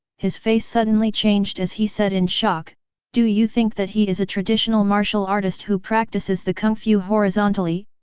his face suddenly changed as he said in shock do you think that he is a traditional martial artist who practices the kungfu horizontally,